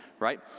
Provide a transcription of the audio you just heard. right